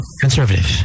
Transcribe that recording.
Conservative